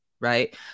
right